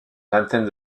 vingtaine